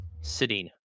sitting